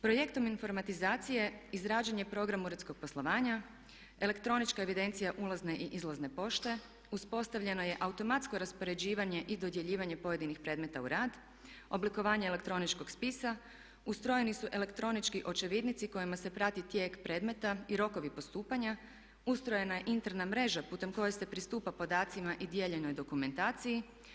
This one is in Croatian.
Projektom informatizacije izrađen je program uredskog poslovanja, elektronička evidencija ulazne i izlazne pošte, uspostavljeno je automatsko raspoređivanje i dodjeljivanje pojedinih predmeta u rad, oblikovanje elektroničkog spisa, ustrojeni su elektronički očevidnici kojima se prati tijek predmeta i rokovi postupanja, ustrojena je interna mreža putem koje se pristupa podacima i dijeljenoj dokumentaciji.